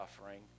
suffering